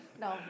No